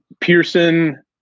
Pearson